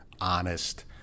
honest